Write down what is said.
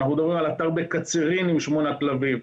אנחנו מדברים על אתר בקצרין עם שמונה כלבים,